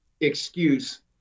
excuse